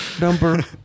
number